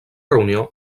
reunió